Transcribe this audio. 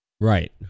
right